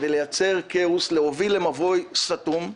כדי לייצר כאוס ולהוביל למבוי סתום.